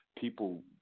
People